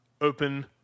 Open